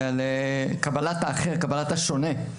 על קבלת האחר, קבלת השונה,